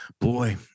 boy